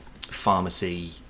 pharmacy